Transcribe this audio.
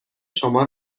شما